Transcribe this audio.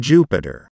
Jupiter